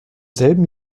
selben